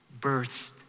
birth